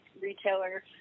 retailer